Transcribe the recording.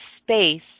space